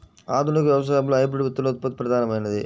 ఆధునిక వ్యవసాయంలో హైబ్రిడ్ విత్తనోత్పత్తి ప్రధానమైనది